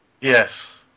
Yes